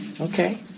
Okay